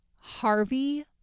Harvey